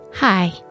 Hi